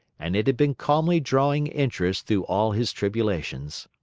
and it had been calmly drawing interest through all his tribulations.